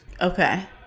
Okay